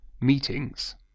meetings